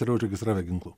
yra užregistravę ginklų